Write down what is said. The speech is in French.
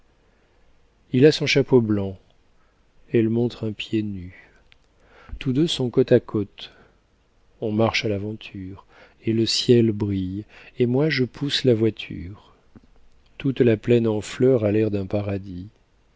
il a son chapeau blanc elle montre un pied nu tous deux sont côte à côte on marche à l'aventure et le ciel brille et moi je pousse la voiture toute la plaine en fleur a l'air d'un paradis